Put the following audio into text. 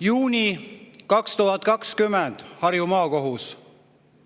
Juuni 2020, Harju Maakohus.